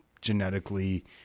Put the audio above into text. genetically